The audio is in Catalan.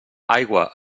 aigua